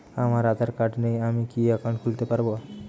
আমার আধার কার্ড নেই আমি কি একাউন্ট খুলতে পারব?